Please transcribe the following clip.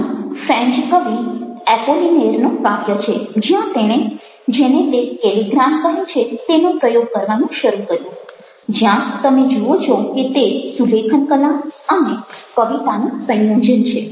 અહીં ફ્રેન્ચ કવિ એપોલિનેર નું કાવ્ય છે જ્યાં તેણે જેને તે કેલિગ્રામ કહે છે તેનો પ્રયોગ કરવાનું શરૂ કર્યું જ્યાં તમે જુઓ છો કે તે સુલેખન કલા અને કવિતાનું સંયોજન છે